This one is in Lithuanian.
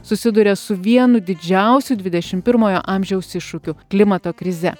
susiduria su vienu didžiausių dvidešimt pirmojo amžiaus iššūkiu klimato krize